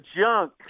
junk